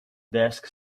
desk